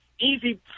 Easy